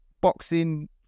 boxing